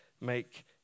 make